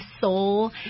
soul